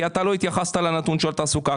כי לא התייחסת לנתון של התעסוקה,